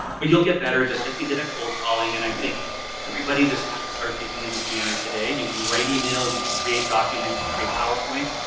but you'll get better just like they did at cold-calling and i think everybody just has to start thinking in this manner today. you can write emails, you can create documents, you can create powerpoints.